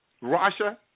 Russia